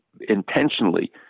intentionally